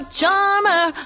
charmer